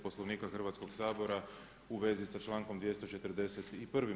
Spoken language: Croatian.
Poslovnika Hrvatskog sabora u vezi sa člankom 241.